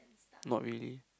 not really